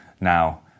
now